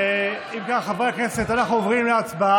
אם כך, חברי הכנסת, אנחנו עוברים להצבעה.